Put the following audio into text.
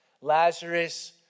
Lazarus